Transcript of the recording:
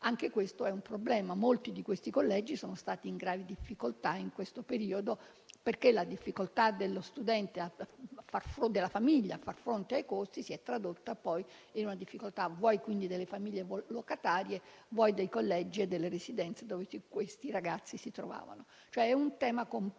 Anche questo è un problema: molti di questi collegi sono stati in gravi difficoltà nell'ultimo periodo, perché la difficoltà della famiglia dello studente nel far fronte ai costi si è tradotta poi in una difficoltà sia delle famiglia locatarie, sia dei collegi e delle residenze in cui questi ragazzi si trovavano. È un tema composito